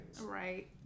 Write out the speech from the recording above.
Right